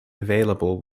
available